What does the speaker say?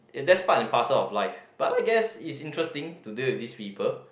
it that's part and parcel of life but I guess it's interesting to deal with these people